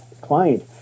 client